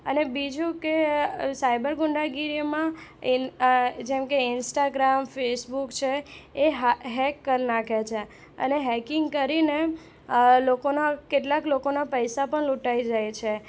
અને બીજું કે સાઇબર ગુંડાગીરીમાં જેમકે ઇન્સ્ટાગ્રામ ફેસબુક છે એ હેક કરી નાખે છે અને હેકિંગ કરીને આ લોકોના કેટલાક લોકોના પૈસા પણ લૂંટાઈ જાય છે